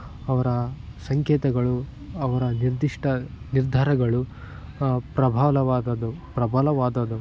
ಅವರ ಸಂಕೇತಗಳು ಅವರ ನಿರ್ದಿಷ್ಟ ನಿರ್ಧಾರಗಳು ಪ್ರಬಲವಾದದ್ದು ಪ್ರಬಲವಾದದ್ದು